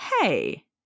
Hey